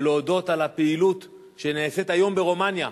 ולהודות על הפעילות שנעשית היום ברומניה,